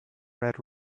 red